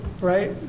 right